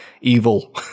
evil